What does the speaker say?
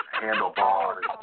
handlebars